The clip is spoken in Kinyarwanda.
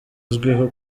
azwiho